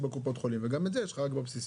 בקופת חולים וגם את זה יש לך רק בבסיסי.